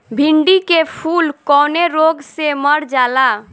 भिन्डी के फूल कौने रोग से मर जाला?